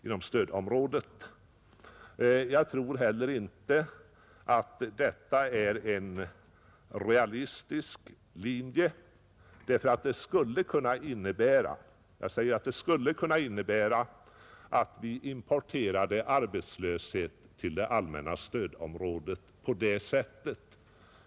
Inte heller detta är en realistisk linje, tror jag; det skulle kunna innebära — jag poängterar att det skulle kunna innebära — att vi importerade arbetslöshet till det allmänna stödområdet.